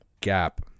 gap